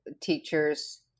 teachers